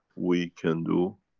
we can do.